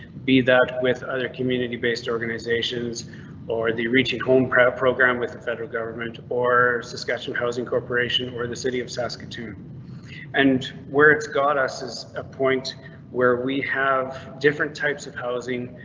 be that with other community based organizations or the reaching home program with the federal government or discussion housing corporation or the city of saskatoon and where it's got us is a point where we have different types of housing.